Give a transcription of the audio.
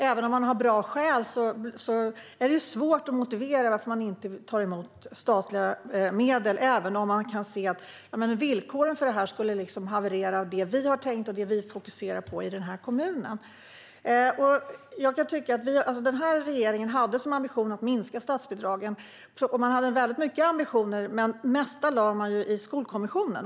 Även om man har bra skäl är det svårt att motivera varför man inte tar emot statliga medel, trots att det kan handla om att villkoren gör att det man fokuserar på i kommunen skulle haverera. Den här regeringen hade väldigt mycket ambitioner om att minska statsbidragen, men det mesta lade man i Skolkommissionen.